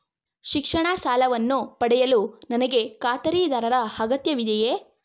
ಶಿಕ್ಷಣ ಸಾಲವನ್ನು ಪಡೆಯಲು ನನಗೆ ಖಾತರಿದಾರರ ಅಗತ್ಯವಿದೆಯೇ?